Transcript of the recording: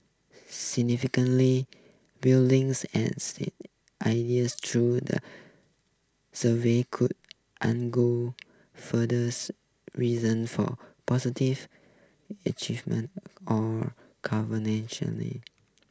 buildings and ideas true the survey could reason for positive or